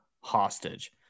hostage